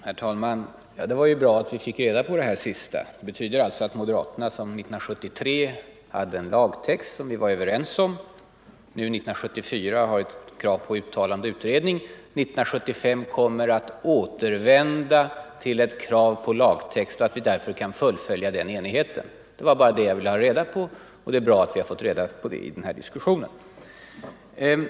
Herr talman! Det var ju bra att vi fick reda på det här. Moderaterna, som 1973 var för en lagtext som vi var överens om och som nu 1974 i stället framför krav på uttalande och utredning, kommer alltså 1975 att återvända till ett krav på lagtext. Det betyder att vi kan fullfölja enigheten på den punkten. Det var bara det jag ville ha reda på. Det är bra att vi nu fått besked om det i den här diskussionen.